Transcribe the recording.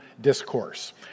discourse